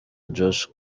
joss